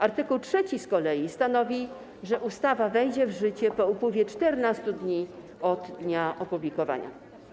Art. 3 z kolei stanowi, że ustawa wejdzie w życie po upływie 14 dni od dnia opublikowania.